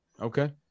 Okay